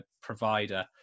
provider